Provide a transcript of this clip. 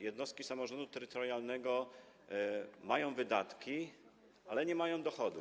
Jednostki samorządu terytorialnego mają wydatki, ale nie mają dochodów.